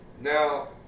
Now